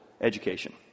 education